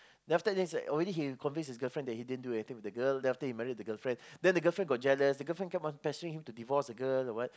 then after that she already convinced his girlfriend that he didn't do anything with girl then after that he marry the girlfriend then the girlfriend got jealous the girlfriend keep on pestering him to divorce the girl the what